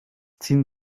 ziehen